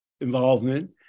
involvement